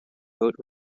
boat